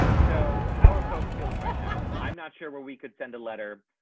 so, how're folks feeling right now. i'm not sure where we could send a letter.